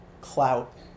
clout